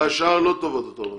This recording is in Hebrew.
השאר לא טובות, אתה אומר.